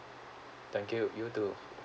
thank you you too